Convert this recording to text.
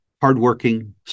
hardworking